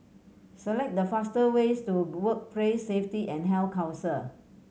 select the fastest ways to Workplace Safety and Health Council